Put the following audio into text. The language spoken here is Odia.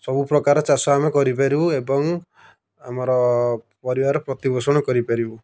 ସବୁ ପ୍ରକାର ଚାଷ ଆମେ କରିପାରିବୁ ଏବଂ ଆମର ପରିବାର ପ୍ରତିପୋଷଣ କରିପାରିବୁ